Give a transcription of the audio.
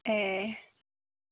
ए'